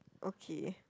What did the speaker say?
okay